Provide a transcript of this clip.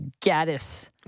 Gaddis